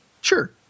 Sure